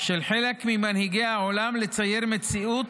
של חלק ממנהיגי העולם לצייר מציאות